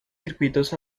circuitos